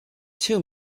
two